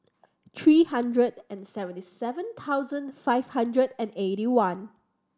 three hundred and seventy seven thousand five hundred and eighty one